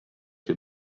did